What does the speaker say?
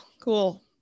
cool